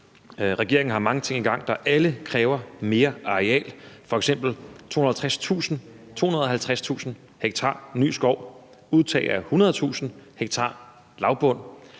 Regeringen har mange ting i gang, der alle kræver mere areal, f.eks. 250.000 ha ny skov, udtag af 100.000 ha lavbund,